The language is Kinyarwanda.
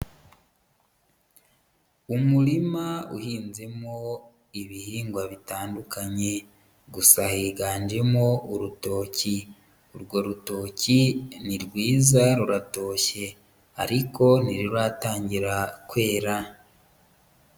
Umurima uhinzemo ibihingwa bitandukanye. Gusa higanjemo urutoki. Urwo rutoki ni rwiza ruratoshye, ariko ntiruratangira kwera.